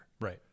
right